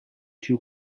two